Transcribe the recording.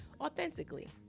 authentically